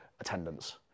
attendance